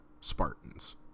Spartans